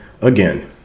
again